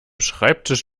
schreibtisch